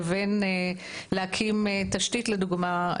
לבין להקים תשתית לדוגמה,